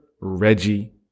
Reggie